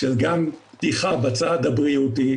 גם של פתיחה בצד הבריאותי,